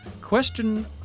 Question